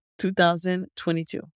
2022